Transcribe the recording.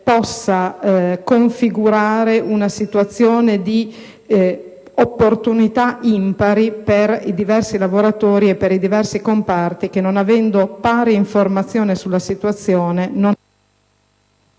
però configurare una situazione di opportunità impari per i diversi lavoratori e per i diversi comparti che, non avendo pari informazione sulla situazione, non vengono